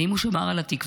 האם הוא שמר על התקווה?